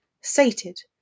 sated